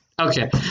Okay